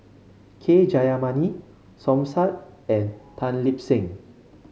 K Jayamani Som Said and Tan Lip Seng